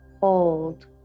hold